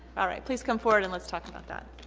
all right please come forward and let's talk about that.